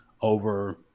over